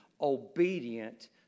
obedient